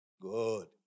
Good